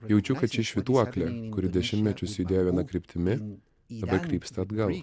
jaučiu kad ši švytuoklė kuri dešimmečius judėjo viena kryptimi labai krypsta atgal